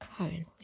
currently